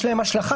יש להם השלכה,